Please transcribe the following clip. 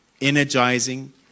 energizing